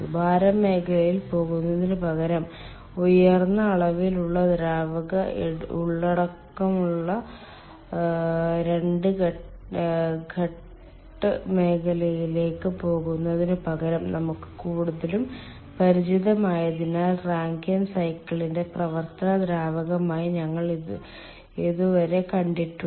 ഭാരം മേഖലയിൽ പോകുന്നതിനുപകരം ഉയർന്ന അളവിലുള്ള ദ്രാവക ഉള്ളടക്കമുള്ള രണ്ട് ഘട്ട മേഖലയിലേക്ക് പോകുന്നതിനുപകരം നമുക്ക് കൂടുതലും പരിചിതമായതിനാൽ റാങ്കൈൻ സൈക്കിളിന്റെ പ്രവർത്തന ദ്രാവകമായി ഞങ്ങൾ ഇതുവരെ കണ്ടിട്ടുണ്ട്